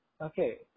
Okay